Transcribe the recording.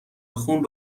خون